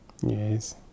Yes